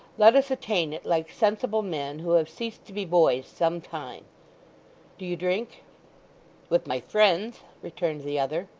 let us attain it like sensible men, who have ceased to be boys some time do you drink with my friends returned the other.